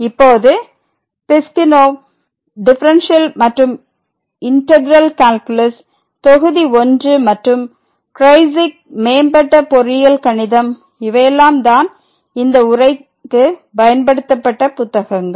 இப்போது Piskunov differential மற்றும் integral calculus தொகுதி 1 மற்றும் க்ரெய்ஸ்ஸிக் மேம்பட்ட பொறியியல் கணிதம் இவையெல்லாம் தான் இந்த உரைக்கு பயன்படுத்தப்பட்ட புத்தகங்கள்